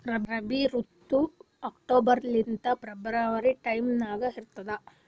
ರಾಬಿ ಋತು ಅಕ್ಟೋಬರ್ ಲಿಂದ February time ನಾಗ ಇರ್ತದ